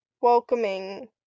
welcoming